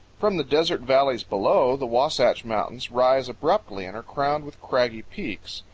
from the desert valleys below, the wasatch mountains rise abruptly and are crowned with craggy peaks.